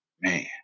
man